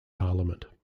parliament